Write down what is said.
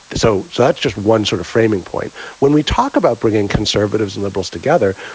so that's just one sort of framing point when we talk about bringing conservatives and liberals together.